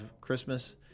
Christmas